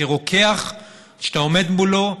כי רוקח שאתה עומד מולו,